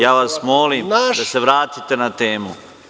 Ja vas molim da se vratite na temu.